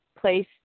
place